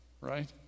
right